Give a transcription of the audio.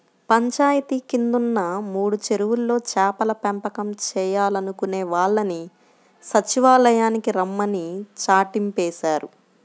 పంచాయితీ కిందున్న మూడు చెరువుల్లో చేపల పెంపకం చేయాలనుకునే వాళ్ళని సచ్చివాలయానికి రమ్మని చాటింపేశారు